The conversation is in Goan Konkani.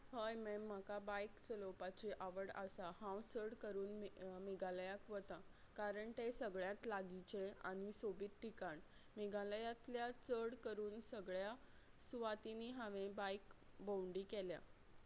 हय मॅम म्हाका बायक चलोवपाची आवड आसा हांव चड करून मेघालयाक वता कारण तें सगळ्यांत लागींचे आनी सोबीत ठिकाण मेघालयांतल्या चड करून सगळ्या सुवातींनीं हांवें बायक भोंवडी केल्या